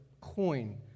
coin